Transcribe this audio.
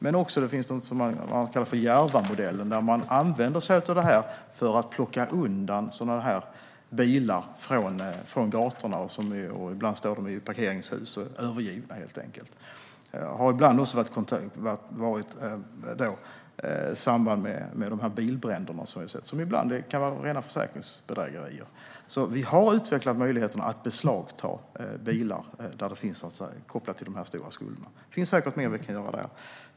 Men det finns också något som kallas för Järvamodellen, där man använder sig av detta för att plocka undan sådana här bilar från gatorna eller från parkeringshus där de står övergivna. Detta har ibland varit i samband med de bilbränder vi har sett, som ibland kan vara rena försäkringsbedrägerier. Vi har alltså utvecklat möjligheterna att beslagta bilar där det finns kopplingar till de här stora skulderna. Det finns säkert mer vi kan göra där.